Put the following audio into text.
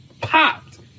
popped